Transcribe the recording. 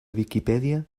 viquipèdia